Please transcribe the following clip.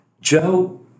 Joe